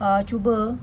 ah cuba